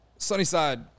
Sunnyside